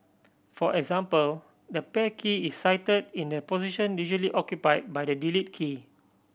for example the pair key is site in the position usually occupy by the delete key